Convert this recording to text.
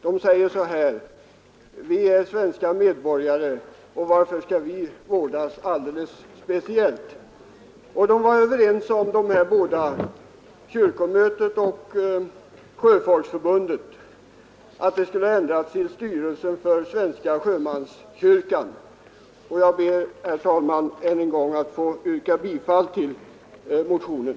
De säger: Vi är svenska medborgare och varför skall vi vårdas alldeles speciellt? Kyrkomötet och Sjöfolksförbundet var överens om att namnet borde ändras till Styrelsen för svenska sjömanskyrkan. Jag ber, herr talman, att än en gång få yrka bifall till motionen.